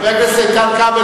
חבר הכנסת כבל,